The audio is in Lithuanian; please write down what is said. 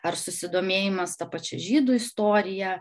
ar susidomėjimas ta pačia žydų istorija